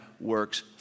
works